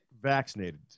vaccinated